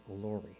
glory